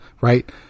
right